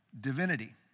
divinity